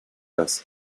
das